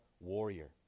warrior